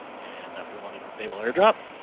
and that we want to disable airdrop.